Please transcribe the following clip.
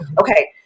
okay